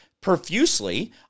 profusely